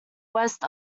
west